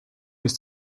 bis